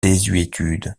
désuétude